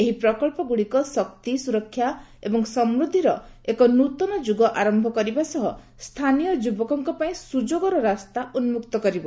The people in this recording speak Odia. ଏହି ପ୍ରକଳ୍ପଗୁଡିକ ଶକ୍ତି ସୁରକ୍ଷା ଏବଂ ସମ୍ବଦ୍ଧିର ଏକ ନୃତନ ଯୁଗ ଆରମ୍ଭ କରିବା ସହ ସ୍ଥାନୀୟ ଯୁବକଙ୍କ ପାଇଁ ସୁଯୋଗର ରାସ୍ତା ଉନ୍କକ୍ତ କରିବ